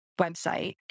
website